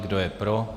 Kdo je pro?